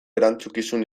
erantzukizun